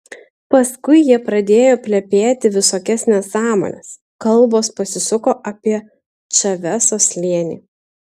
paskui jie pradėjo plepėti visokias nesąmones kalbos pasisuko apie čaveso slėnį